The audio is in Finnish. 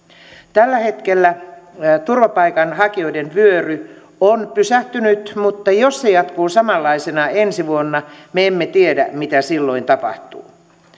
tällä hetkellä turvapaikanhakijoiden vyöry on pysähtynyt mutta jos se jatkuu samanlaisena ensi vuonna me emme tiedä mitä silloin tapahtuu